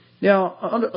Now